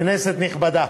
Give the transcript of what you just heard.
כנסת נכבדה,